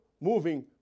moving